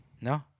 No